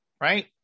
right